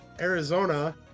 Arizona